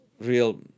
real